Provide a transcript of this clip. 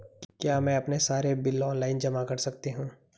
क्या मैं अपने सारे बिल ऑनलाइन जमा कर सकती हूँ?